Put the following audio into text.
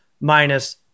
minus